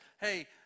hey